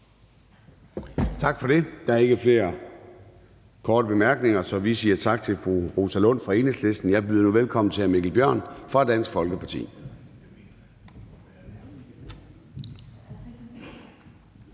Tak for det. Der er ikke flere korte bemærkninger, så vi siger tak til fru Rosa Lund fra Enhedslisten. Jeg byder nu velkommen til hr. Mikkel Bjørn fra Dansk Folkeparti.